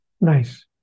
Nice